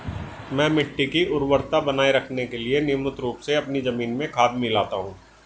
मैं मिट्टी की उर्वरता बनाए रखने के लिए नियमित रूप से अपनी जमीन में खाद मिलाता हूं